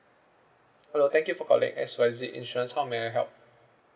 hello thank you for calling X Y Z insurance how may I help